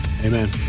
Amen